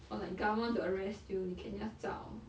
or like gahmen want to arrest you you can just zao